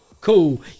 Cool